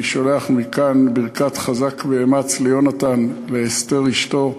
אני שולח מכאן ברכת חזק ואמץ ליונתן ולאסתר אשתו,